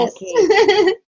Yes